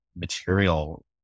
material